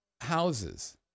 houses